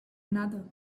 another